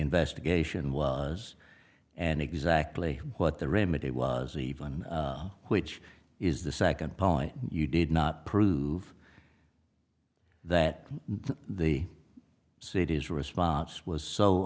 investigation was and exactly what the remedy was even which is the second point you did not prove that the city's response was so